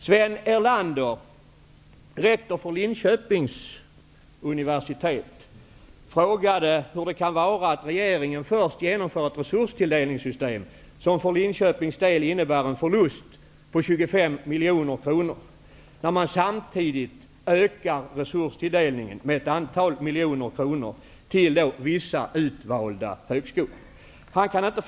Sven Erlander, rektor för Linköpings universitet, frågade varför regeringen först genomför ett resurstilldelningssystem som för Linköpings del innebär en förlust på 25 miljoner kronor och samtidigt ökar resurstilldelningen med ett antal miljoner kronor till vissa utvalda högskolor.